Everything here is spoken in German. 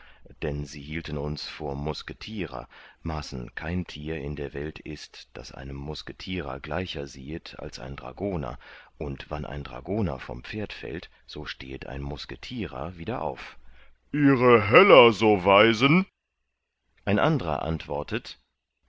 dann sie hielten uns vor musketierer maßen kein tier in der welt ist das einem musketierer gleicher siehet als ein dragoner und wann ein dragoner vom pferd fällt so stehet ein musketierer wieder auf ihre heller so weisen ein anderer antwortet